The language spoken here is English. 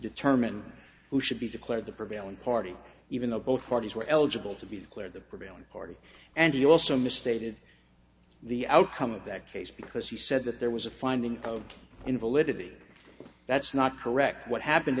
determine who should be declared the prevailing party even though both parties were eligible to be declared the prevailing party and you also misstated the outcome of that case because he said that there was a finding of invalidity that's not correct what happened